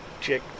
check